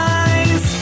eyes